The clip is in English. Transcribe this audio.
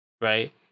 Right